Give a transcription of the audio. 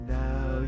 now